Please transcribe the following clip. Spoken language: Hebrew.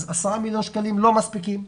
אז 10 מיליון שקלים לא מספיקים.